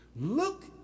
Look